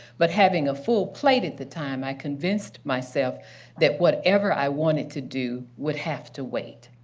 but having a full plate at the time, i convinced myself that whatever i wanted to do would have to wait.